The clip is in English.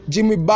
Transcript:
Jimmy